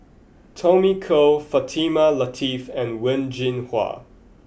Tommy Koh Fatimah Lateef and Wen Jinhua